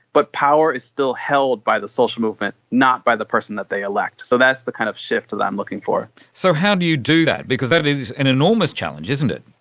but power is still held by the social movement, not by the person that they elect. so that's the kind of shift that i'm looking for. so how do you do that? because that is an enormous challenge, isn't it.